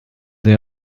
they